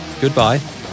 goodbye